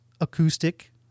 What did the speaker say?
acoustic